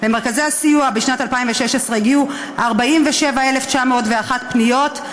למרכזי הסיוע הגיעו בשנת 2016 47,901 פניות,